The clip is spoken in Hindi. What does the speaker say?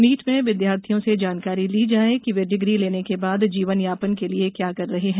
मीट में विद्यार्थियों से जानकारी ली जाए कि वे डिग्री लेने के बाद जीवन यापन के लिए क्या कर रहे हैं